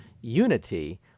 unity